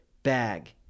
bag